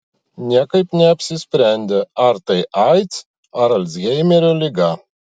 niekaip neapsisprendė ar tai aids ar alzheimerio liga